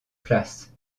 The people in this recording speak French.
places